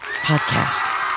podcast